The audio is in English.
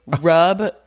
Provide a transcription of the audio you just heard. rub